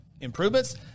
improvements